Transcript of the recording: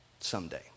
someday